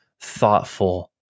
thoughtful